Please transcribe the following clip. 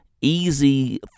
easy